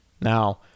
Now